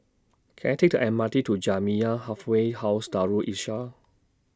Can I Take The M R T to Jamiyah Halfway House Darul Islah